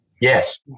Yes